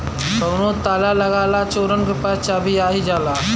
कउनो ताला लगा ला चोरन के पास चाभी आ ही जाला